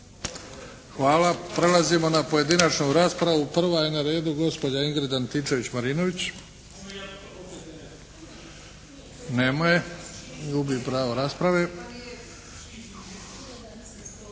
Hvala. Prelazimo na pojedinačnu raspravu. Prva je na redu gospođa Ingrid Antičević Marinović. Nema je. Gubi pravo rasprave.